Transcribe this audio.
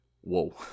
Whoa